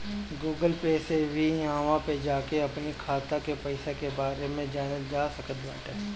Google Pay से भी इहवा पे जाके अपनी खाता के पईसा के बारे में जानल जा सकट बाटे